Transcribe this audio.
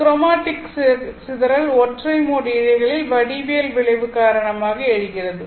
chromatic சிதறல் ஒற்றை mode இழைகளில் வடிவியல் விளைவு காரணமாக எழுகிறது